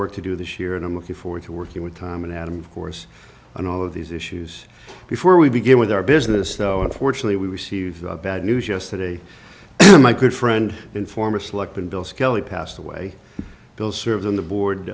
work to do this year and i'm looking forward to working with time and adam of course on all of these issues before we begin with our business though unfortunately we receive bad news yesterday my good friend and former selectman bill skelly passed away bill served on the board